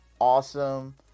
awesome